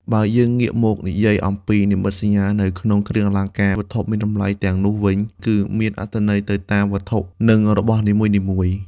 បើយើងងាកមកនិយាយអំពី និមិត្តសញ្ញានៅក្នុងគ្រឿងអលង្ការ វត្ថុមានតម្លៃទាំងនោះវិញ គឺវាមានអត្ថន័យទៅតាមវត្ថុ និងរបស់នីមួយៗ។